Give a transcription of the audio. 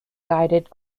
guided